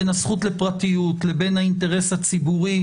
בין הזכות לפרטיות לבין האינטרס הציבורי,